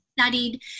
studied